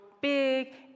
big